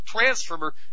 transformer